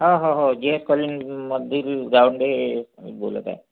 हो J S कॉलिंगमधील गावंडे मी बोलत आहे